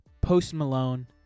post-Malone